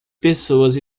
pessoas